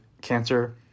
cancer